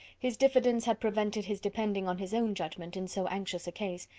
his diffidence had prevented his depending on his own judgment in so anxious a case,